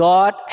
God